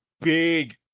big